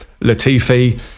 Latifi